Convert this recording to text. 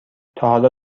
تاحالا